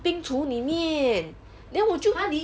冰厨里面 then 我就